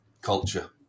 culture